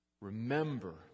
Remember